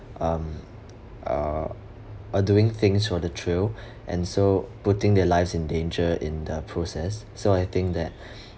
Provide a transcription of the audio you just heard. um uh uh doing things for the thrill and so putting their lives in danger in the process so I think that